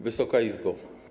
Wysoka Izbo!